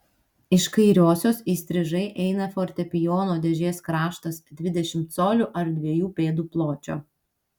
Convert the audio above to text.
iš kairiosios įstrižai eina fortepijono dėžės kraštas dvidešimt colių ar dviejų pėdų pločio